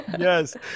Yes